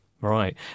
Right